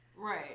Right